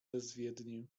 bezwiednie